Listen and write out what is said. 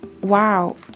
wow